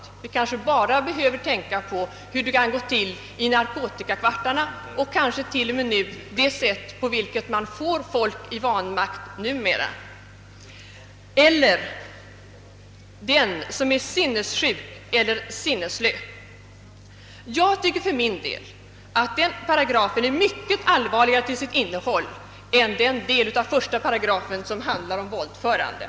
Vi kanske bara behöver tänka på hur det kan gå till i narkotikakvartarna och kanske också på hur människor numera kan bringas i vanmakt. Vi kan också tänka på den som är sinnessjuk eller sinnesslö. För min del tycker jag att denna paragraf är mycket allvarligare till sitt innehåll än den del av 1 § som handlar om våldförande.